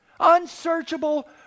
Unsearchable